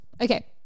Okay